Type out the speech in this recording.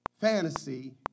fantasy